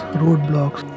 roadblocks